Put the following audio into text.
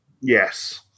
yes